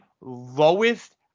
lowest